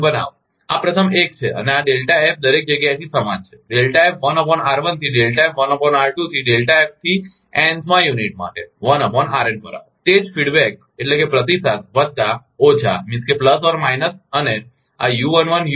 બનાવો આ પ્રથમ એક છે અને દરેક જગ્યાએથી સમાન છે થી થી થી n માં યુનિટ પર આવો તે જ પ્રતિસાદ વત્તા ઓછા અને આ u11 u22